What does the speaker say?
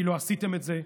כי לא עשיתם את זה.